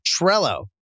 Trello